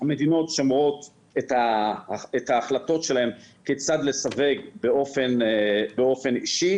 המדינות שומרות את ההחלטות שלהן כיצד לסווג באופן אישי,